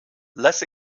less